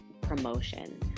promotion